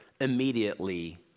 immediately